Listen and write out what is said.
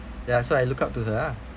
ya so I look up to her ah